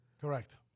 Correct